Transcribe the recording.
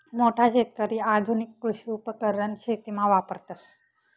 मोठा शेतकरी आधुनिक कृषी उपकरण शेतीमा वापरतस